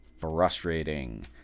frustrating